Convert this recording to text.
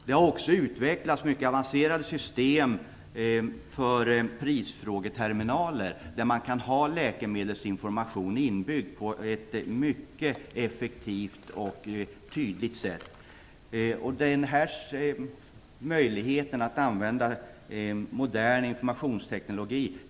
Det har också utvecklats mycket avancerade system för prisfrågeterminaler, där man kan ha läkemedelsinformation inbyggd på ett mycket effektivt och tydligt sätt. Människor vänjer sig alltmer vid att använda modern informationsteknologi.